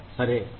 సరే